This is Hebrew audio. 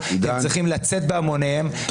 והם צריכים לצאת בהמוניהם,